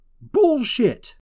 bullshit